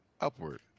upward